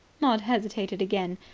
maud hesitated again.